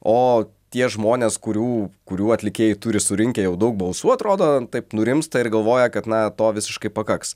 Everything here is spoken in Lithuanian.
o tie žmonės kurių kurių atlikėjai turi surinkę jau daug balsų atrodo taip nurimsta ir galvoja kad na to visiškai pakaks